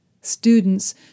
Students